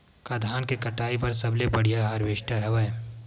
का धान के कटाई बर सबले बढ़िया हारवेस्टर हवय?